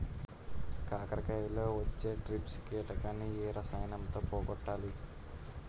కాకరలో వచ్చే ట్రిప్స్ కిటకని ఏ రసాయనంతో పోగొట్టాలి?